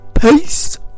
peace